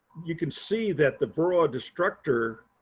you can see that the varroa destructor,